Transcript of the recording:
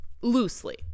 loosely